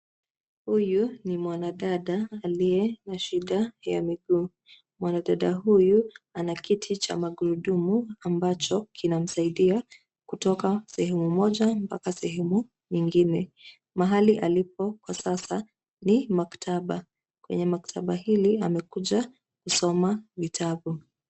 Huyu ni mwanadada aliye na shida ya miguu. Mwana dada huyu ana kiti cha magurudumu ambacho kinamsaidia kutoka sehemu moja mbaka nyingine. Mahali alipo kwa sasa ni maktaba, kwenye maktaba hili amekuja kusoma vitabu.